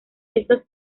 estas